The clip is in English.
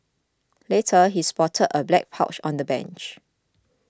later he spotted a black pouch on the bench